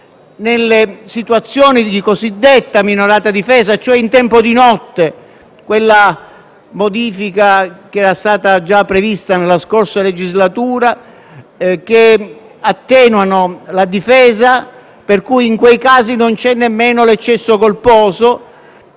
nelle situazioni di cosiddetta minorata difesa, cioè in tempo di notte: quella modifica che era stata già prevista nella scorsa legislatura e che attenua la difesa, per cui in quei casi, se ci sono condizioni